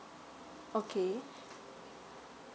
okay